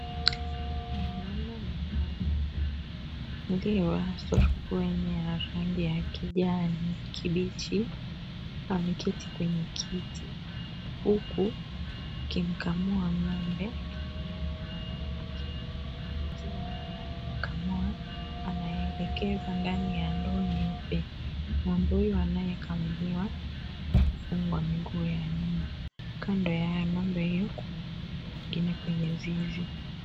Mwanaume mmoja amevalia surubwenye ya rangi ya kijani kibichi ameketi kwenye kiti huku akimkamua ng'ombe akitumia mikono yake, maziwa anayo yakamua anayaelekeza ndani ya ndoo nyeupe ng'ombe huyo anayekamuliwa amefungwa miguu ya nyuma, kando ya ngombe hiyo kuna ng'ombe wengine kwenye zizi.